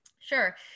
Sure